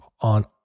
on